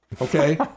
Okay